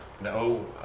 no